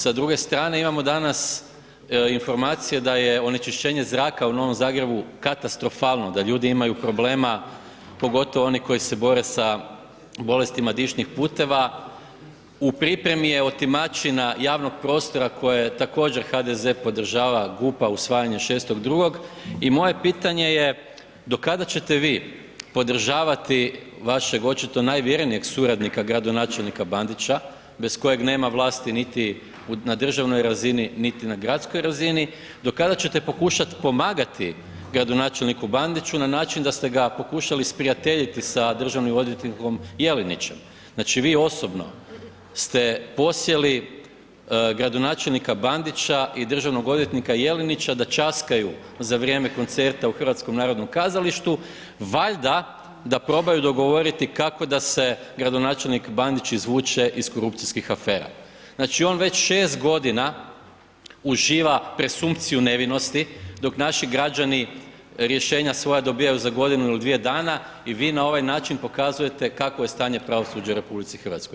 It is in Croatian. Sa druge strane imamo danas informacije da je onečišćenje zraka u Novom Zagrebu katastrofalno, da ljudi imaju problema, pogotovo oni koji se bore sa bolestima dišnih puteva, u pripremi je otimačina javnog prostora koju također HDZ podržava, GUP-a usvajanje 6.2. i moje pitanje je do kada ćete vi podržavati vašeg očito najvjernijeg suradnika gradonačelnika Bandića bez kojeg nema vlasti niti na državnoj razini, niti na gradskoj razini, do kada ćete pokušat pomagati gradonačelniku Bandiću na način da ste ga pokušali sprijateljiti sa državnim odvjetnikom Jelinićem, znači vi osobno ste posjeli gradonačelnika Bandića i državnog odvjetnika Jelinića da ćaskaju za vrijeme koncerta u HNK-u, valjda da probaju dogovoriti kako da se gradonačelnik Bandić izvuče iz korupcijskih afera, znači on već 6.g. uživa presumpciju nevinosti, dok naši građani rješenja svoja dobivaju za godinu ili dvije dana i vi na ovaj način pokazujete kakvo je stanje pravosuđa u RH.